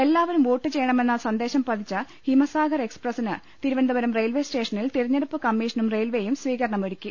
എല്ലാവരും വോട്ട് ചെയ്യണമെന്ന സന്ദേശം പതിച്ച ഹിമസാഗർ എക്സ്പ്രസിന് തിരുവനന്തപുരം റെയിൽവെ സ്റ്റേഷ നിൽ തെരഞ്ഞെടുപ്പ് കമ്മീഷനും റെയിൽവെയും സ്വീകരണമൊരു ക്കി